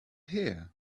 here